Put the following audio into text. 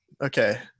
Okay